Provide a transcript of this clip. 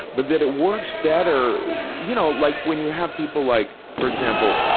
but that it works better, you know, like when you have people like, for example,